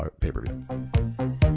pay-per-view